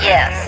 Yes